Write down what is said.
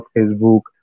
Facebook